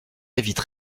vitre